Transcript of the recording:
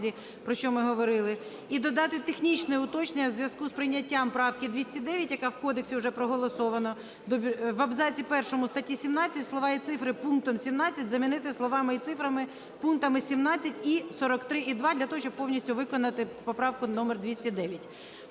про що ми говорили. І додати технічне уточнення у зв'язку з прийняттям правки 209, яка в кодексі вже проголосована: в абзаці першому статті 17 слова і цифри "пунктом 17" замінити словами і цифрами "пунктами 17 і 43.2" для того, щоб повністю виконати поправку номер 209.